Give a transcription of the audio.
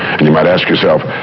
and you might ask yourself,